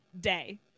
day